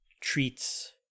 treats